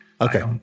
Okay